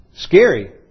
Scary